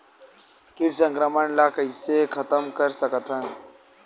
कीट संक्रमण ला कइसे खतम कर सकथन?